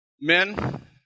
Men